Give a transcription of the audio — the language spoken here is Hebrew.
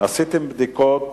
עשיתם בדיקות,